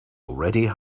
already